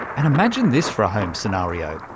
and imagine this for a home scenario.